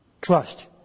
trust